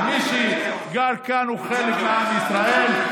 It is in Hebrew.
מי שגר כאן הוא חלק מעם ישראל.